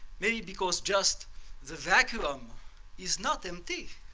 maybe because just the vacuum is not empty.